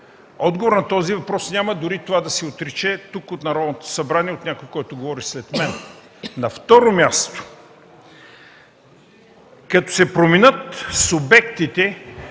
Отговор на този въпрос няма, дори това да се отрече тук, в Народното събрание, от някой, който говори след мен. На второ място, като се променят субектите,